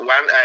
One